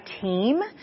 team